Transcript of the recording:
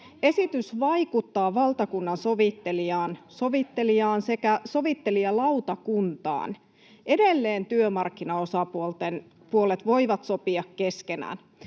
Esitys vaikuttaa valtakunnansovittelijaan sekä sovittelijalautakuntaan. Esitys ei vaikuta työmarkkinaosapuolten mahdollisuuksiin sopia keskenään.